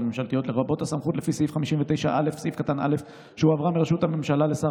לרבות הסמכות לפי סעיף 59א(א) שהועברה מראש הממשלה לשר